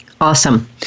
Awesome